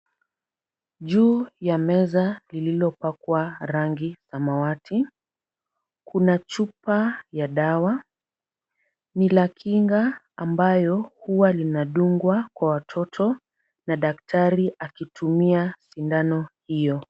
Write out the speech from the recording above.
Juu ya meza lililopakwa rangi samawati, kuna chupa ya dawa. Ni la kinga ambayo huwa linadungwa kwa watoto na daktari akitumia sindano hiyo.